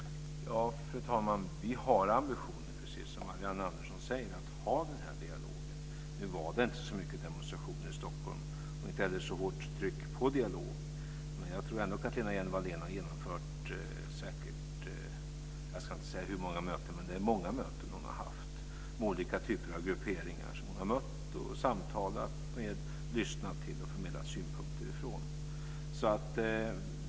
Fru talman! Vi har ambitionen, precis som Marianne Andersson säger, att ha dialogen. Nu var det inte så mycket demonstrationer i Stockholm och inte heller ett så hårt tryck på dialog. Lena Hjelm-Wallén har genomfört många möten med olika typer av grupperingar. Hon har mött dem, samtalat med dem, lyssnat till dem och förmedlat deras synpunkter.